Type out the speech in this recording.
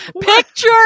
Picture